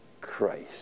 Christ